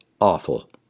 awful